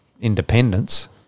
independence